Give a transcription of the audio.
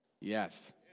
Yes